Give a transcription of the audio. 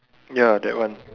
ya that one